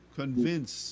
convince